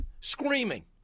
screaming